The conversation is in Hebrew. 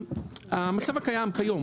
המצב הקיים כיום,